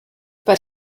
but